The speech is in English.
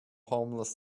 homeless